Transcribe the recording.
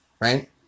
Right